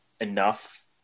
enough